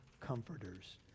comforters